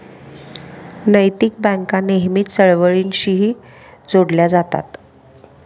नैतिक बँका नेहमीच चळवळींशीही जोडल्या जातात